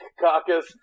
Caucus